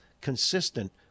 consistent